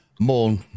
more